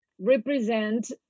represent